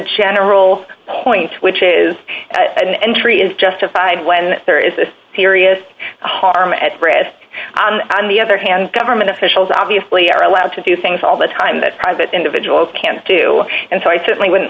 general point which is an entry is justified when there is a serious harm at brest on the other hand government officials obviously are allowed to do things all the time that private individuals can do and so i certainly wouldn't